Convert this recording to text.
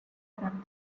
around